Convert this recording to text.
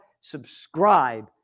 Subscribe